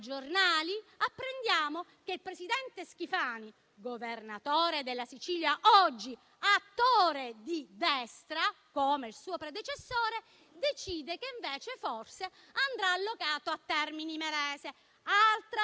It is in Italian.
giornali apprendiamo che il presidente Schifani, governatore della Sicilia, oggi attore di destra, come il suo predecessore, decide che invece forse l'impianto andrà allocato a Termini Imerese, altra